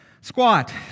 squat